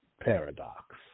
paradox